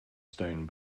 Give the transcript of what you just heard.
stone